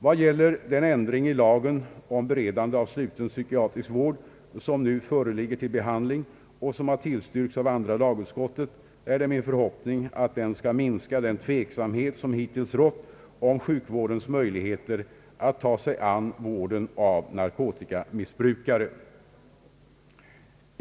Vad gäller den ändring i lagen om beredande av sluten psykiatrisk vård, som nu föreligger till behandling och som har tillstyrkts av andra lagutskottet, är det min förhoppning att den skall minska den tveksamhet som hittills rått om sjukvårdens möjligheter att ta sig an vården av narkotikamissbrukare.